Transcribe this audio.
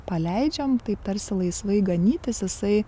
paleidžiam taip tarsi laisvai ganytis jisai